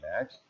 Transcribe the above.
match